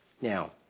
Now